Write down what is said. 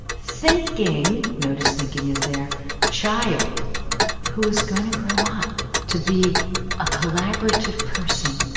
thinking notice thinking is there child who is going to grow up to be a collaborative person,